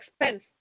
expense